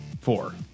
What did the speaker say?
four